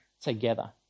together